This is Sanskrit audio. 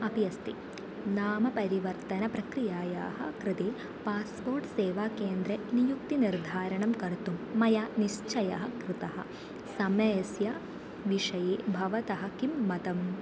अपि अस्ति नाम परिवर्तनप्रक्रियायाः कृते पास्पोर्ट् सेवाकेन्द्रे नियुक्तिनिर्धारणं कर्तुं मया निश्चयः कृतः समयस्य विषये भवतः किं मतं